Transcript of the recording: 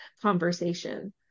conversation